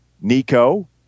Nico